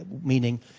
meaning